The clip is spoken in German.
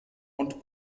und